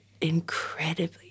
incredibly